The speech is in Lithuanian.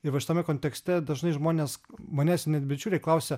ir va šitame kontekste dažnai žmonės manęs net bičiuliai klausia